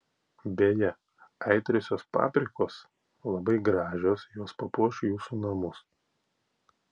beje aitriosios paprikos labai gražios jos papuoš jūsų namus